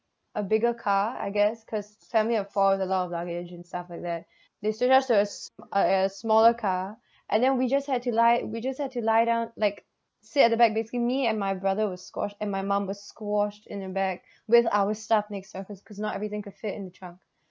a bigger car I guess because family of four with a lot of luggage and stuff like that they switch us to a s~ uh a smaller car and then we just had to like we just had to lie down like sit at the back between me and my brother were squashed and my mom were squashed in the back with our stuff next to her cause not everything can fit in the trunk